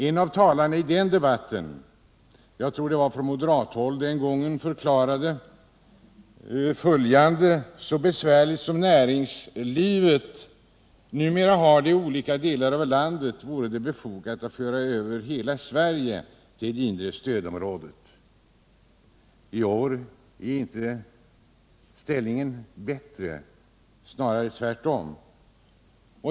En av talarna i den debatten, jag tror det var från moderathåll den gången, förklarade att så besvärligt som näringslivet numera har det i olika delar av landet vore det befogat att föra över hela Sverige till det inre stödområdet. I år är inte ställningen bättre. Snarare tvärtom.